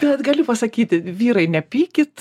bet galiu pasakyti vyrai ne pykit